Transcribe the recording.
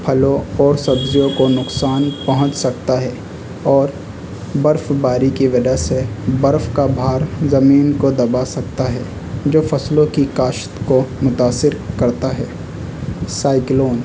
پھلوں اور سبزیوں کو نقصان پہنچ سکتا ہے اور برف باری کی وجہ سے برف کا بھار زمین کو دبا سکتا ہے جو فصلوں کی کاشت کو متاثر کرتا ہے سائیکلون